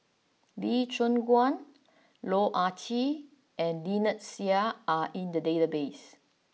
Lee Choon Guan Loh Ah Chee and Lynnette Seah are in the database